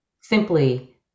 simply